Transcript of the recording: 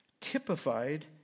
typified